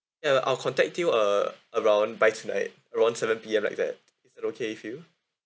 ya I'll contact you uh around by tonight around seven P_M like that is that okay with you